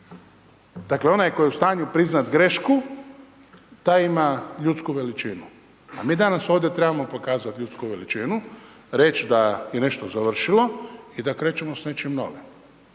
Dakle, onaj tko je u stanju priznat grešku, taj ima ljudsku veličinu. A mi danas ovdje trebamo pokazat ljudsku veličinu, reći da je nešto završilo i da krećemo s nečim novim.